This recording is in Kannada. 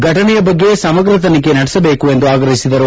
ಫಟನೆಯ ಬಗ್ಗೆ ಸಮಗ್ರ ತನಿಖೆ ನಡೆಸಬೇಕು ಎಂದು ಆಗ್ರಹಿಸಿದರು